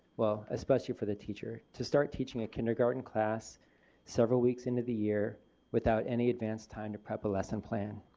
well especially for the teacher to start teaching a kindergarten class several weeks into the year without any advance time to prep a lesson plan.